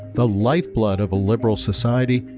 the lifeblood of a liberal society,